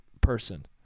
person